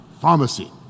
pharmacy